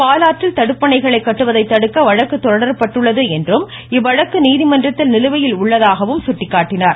பாலாற்றில் தடுப்பணைகளை கட்டுவதை தடுக்க வழக்கு தொடரப்பட்டுள்ளது என்றும் இவ்வழக்கு நீதிமன்றத்தில் நிலுவையில் உள்ளதாகவும் சுட்டிக்காட்டினார்